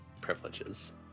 privileges